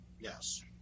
Yes